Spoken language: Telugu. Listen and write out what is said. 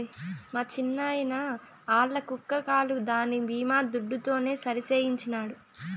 మా చిన్నాయిన ఆల్ల కుక్క కాలు దాని బీమా దుడ్డుతోనే సరిసేయించినాడు